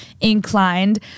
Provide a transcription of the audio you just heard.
inclined